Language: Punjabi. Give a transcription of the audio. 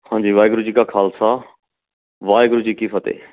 ਹਾਂਜੀ ਵਾਹਿਗੁਰੂ ਜੀ ਕਾ ਖਾਲਸਾ ਵਾਹਿਗੁਰੂ ਜੀ ਕੀ ਫਤਿਹ